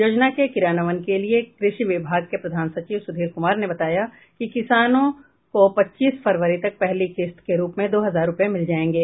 योजना के क्रियान्वयन को लेकर कृषि विभाग के प्रधान सचिव सुधीर कुमार ने बताया कि किसानों पच्चीस फरवरी तक पहली किस्त के रूप में दो हजार रूपये मिल जायेंगे